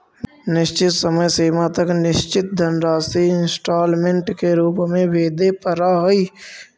निश्चित समय सीमा तक निश्चित धनराशि इंस्टॉलमेंट के रूप में वेदे परऽ हई